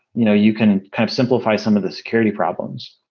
you know you can kind of simplify some of the security problems.